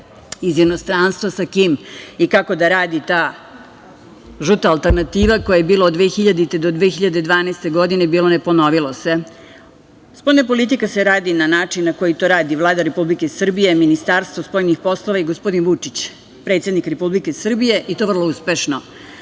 iz inostranstva sa kim i kako da radi ta žuta alternativa koja je bila od 2000. do 2012. godine. Bilo, ne ponovljivo se. Spoljna politika se radi na način na koji to radi Vlada Republike Srbije, Ministarstvo spoljnih poslova i gospodin Vučić, predsednik Republike Srbije i to vrlo uspešno.